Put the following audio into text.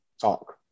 talk